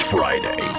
Friday